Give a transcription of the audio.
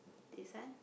this one